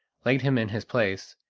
laid him in his place,